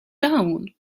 down